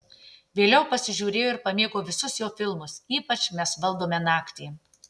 vėliau pasižiūrėjau ir pamėgau visus jo filmus ypač mes valdome naktį